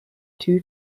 too